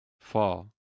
fall